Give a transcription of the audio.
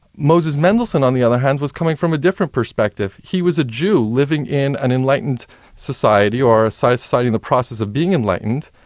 moses mendelssohn on the other hand was coming from a different perspective. he was a jew living in an enlightened society, or a so society in the processed of being enlightened,